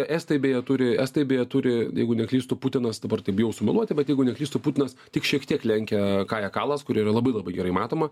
estai beje turi estai beje turi jeigu neklystu putinas dabar taip bijau sumeluoti bet jeigu neklystu putinas tik šiek tiek lenkia kajekalas kuri yra labai labai gerai matoma